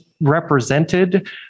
represented